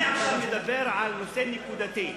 אני מדבר עכשיו על נושא נקודתי.